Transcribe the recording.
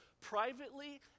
privately